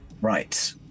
Right